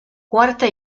quarta